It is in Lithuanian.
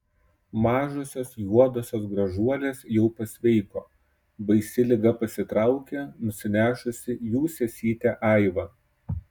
mažosios juodosios gražuolės jau pasveiko baisi liga pasitraukė nusinešusi jų sesytę aivą